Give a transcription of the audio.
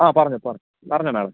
ആ പറഞ്ഞോ പറഞ്ഞോ പറഞ്ഞോ മാഡം